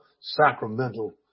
sacramental